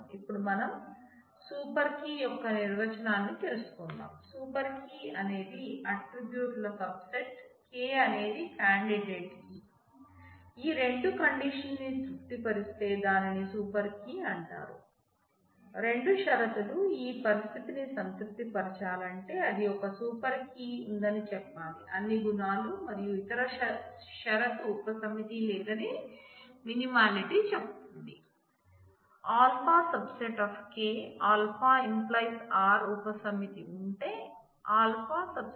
ఇపుడు మనం super key చెబుతుంది α ⸦ k α → R ఉపసమితి ఉంటే α ⸦ k సరైన ఉపసమితి α ⸦ k